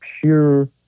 pure